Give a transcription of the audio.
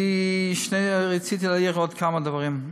אני רציתי להעיר עוד כמה דברים.